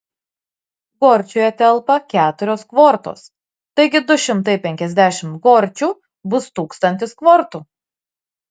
gorčiuje telpa keturios kvortos taigi du šimtai penkiasdešimt gorčių bus tūkstantis kvortų